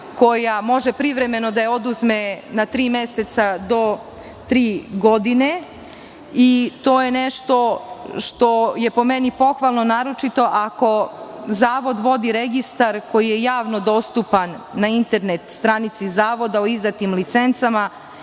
koja može privremeno da je oduzme na tri meseca do tri godine i to je nešto što je po meni pohvalno, naročito ako Zavod vodi registar koji je javno dostupan na internet stranici Zavoda o izdatim licencama